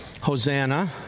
Hosanna